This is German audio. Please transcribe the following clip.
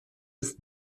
ist